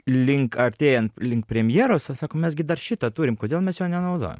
link artėjant link premjeros a sako mes gi dar šitą turim kodėl mes jo nenaudojam